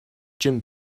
jim